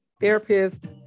therapist